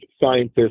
scientists